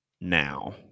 now